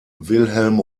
wilhelm